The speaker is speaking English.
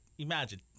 Imagine